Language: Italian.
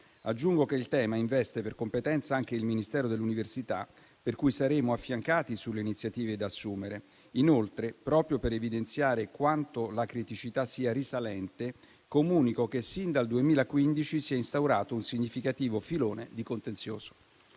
Aggiungo che il tema investe per competenza anche il Ministero dell'università, per cui saremo affiancati sulle iniziative da assumere. Inoltre, proprio per evidenziare quanto la criticità sia risalente, comunico che sin dal 2015 si è instaurato un significativo filone di contenzioso.